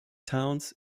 towns